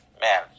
man